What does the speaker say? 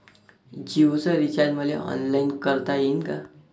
जीओच रिचार्ज मले ऑनलाईन करता येईन का?